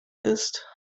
ist